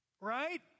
Right